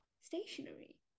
stationery